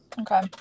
Okay